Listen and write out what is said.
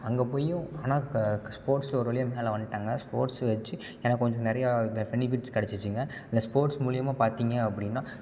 அங்கே போயும் ஆனால் க ஸ்போட்ஸில் ஒரு வழியா மேலே வந்துட்டேங்க ஸ்போட்ஸை வச்சு எனக்கு கொஞ்சம் நிறையா பெனிஃபிட்ஸ் கிடைச்சிச்சிங்க இந்த ஸ்போட்ஸ் மூலிமா பார்த்திங்க அப்படின்னா